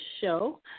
show